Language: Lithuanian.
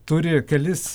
turi kelis